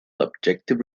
objective